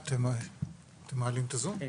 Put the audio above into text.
(שקף: